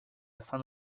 afin